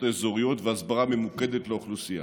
האזוריות והסברה ממוקדת לאוכלוסייה.